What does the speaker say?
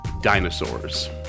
dinosaurs